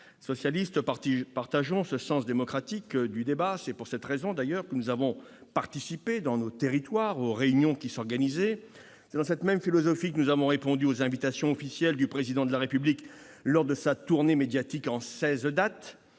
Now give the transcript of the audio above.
socialistes, partageons ce sens démocratique du débat. C'est pour cette raison que nous avons participé dans nos territoires aux réunions qui s'organisaient. C'est dans cette même philosophie que nous avons répondu aux invitations officielles du Président de la République lors de sa tournée médiatique en seize dates.